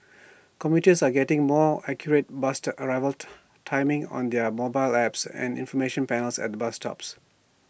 commuters are getting more accurate bus arrival timings on their mobile apps and information panels at bus stops